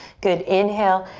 good, inhale,